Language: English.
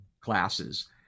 classes